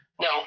No